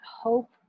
hope